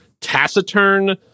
taciturn